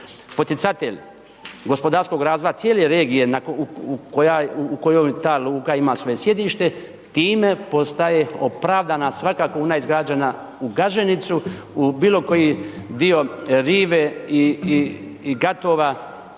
poticatelj gospodarskog razvoja cijele regije u kojoj ta luka ima svoje sjedište, time postaje opravdana svaka kuna izgrađena u Gaženicu, u bilo koji dio rive i gatova